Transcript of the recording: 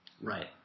Right